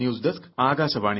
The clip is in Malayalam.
ന്യൂസ്ഡെസ്ക് ആകാശവാണി